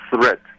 threat